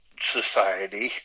society